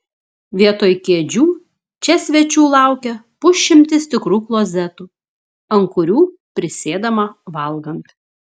vietoj kėdžių čia svečių laukia pusšimtis tikrų klozetų ant kurių prisėdama valgant